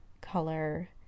color